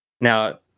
now